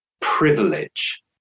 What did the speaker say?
privilege